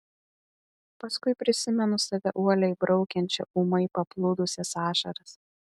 paskui prisimenu save uoliai braukiančią ūmai paplūdusias ašaras